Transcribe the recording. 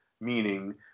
meaning